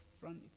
front